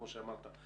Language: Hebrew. כמו שאמרת,